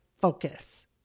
focus